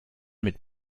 mit